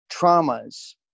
traumas